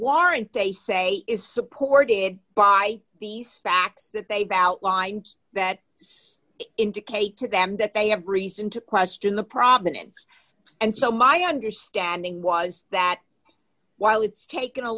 warrant they say is supported by these facts that they've outlined that it's indicate to them that they have reason to question the problem and and so my understanding was that while it's taken a